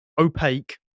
opaque